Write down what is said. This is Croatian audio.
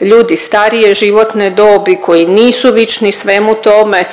ljudi starije životne dobi, koji nisu vični svemu tome,